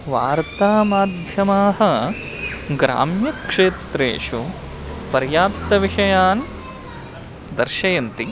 वार्तामाध्यमाः ग्राम्यक्षेत्रेषु पर्याप्तविषयान् दर्शयन्ति